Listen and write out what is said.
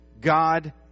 God